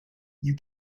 you